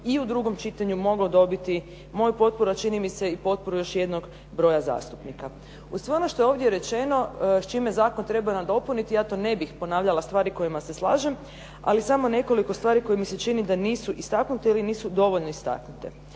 i u drugom čitanju moglo dobiti moju potporu, a čini mi se i potporu još jednog broja zastupnika. Uz sve ono što je ovdje rečeno s čime zakon treba nadopuniti ja to ne bih ponavljala stvari kojima se slažem, ali samo nekoliko stvari koje mi se čini da nisu istaknute ili nisu dovoljno istaknute.